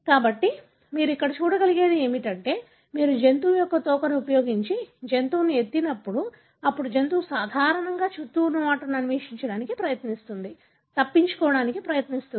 కాబట్టి మీరు ఇక్కడ చూడగలిగేది ఏమిటంటే మీరు జంతువు యొక్క తోకను ఉపయోగించి జంతువును ఎత్తినప్పుడు అప్పుడు జంతువు సాధారణంగా చుట్టూ ఉన్న వాటిని అన్వేషించడానికి ప్రయత్నిస్తుంది తప్పించుకోవడానికి ప్రయత్నిస్తుంది